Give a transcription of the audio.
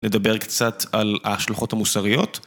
נדבר קצת על ההשלכות המוסריות.